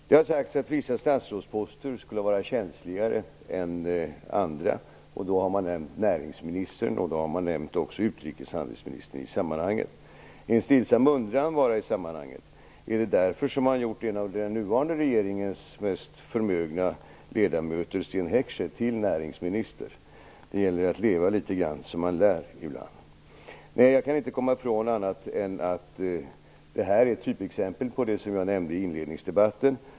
Det har sagts att vissa statsrådsposter skulle vara känsligare än andra. Då har man nämnt näringsministern och också utrikeshandelsministern. En stillsam undran i sammanhanget: Är det därför som man har gjort den nuvarande regeringens mest förmögna ledamot Sten Heckscher till näringsminister? Det gäller att leva litet grand som man lär. Jag kan inte komma till annat än att detta är ett typexempel på det jag nämnde i inledningsdebatten.